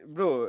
Bro